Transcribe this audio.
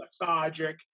lethargic